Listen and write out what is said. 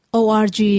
org